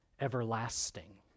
Everlasting